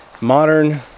modern